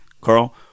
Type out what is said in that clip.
Carl